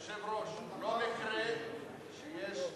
אדוני היושב-ראש, לא נתפלא שיש,